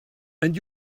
and